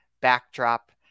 backdrop